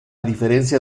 diferencia